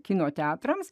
kino teatrams